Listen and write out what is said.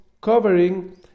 covering